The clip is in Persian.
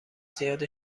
زیاد